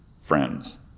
friends